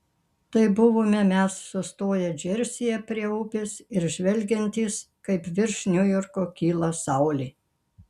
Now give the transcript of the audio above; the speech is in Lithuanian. tai buvome mes sustoję džersyje prie upės ir žvelgiantys kaip virš niujorko kyla saulė